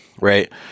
right